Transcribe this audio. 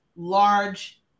large